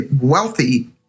wealthy